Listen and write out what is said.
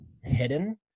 hidden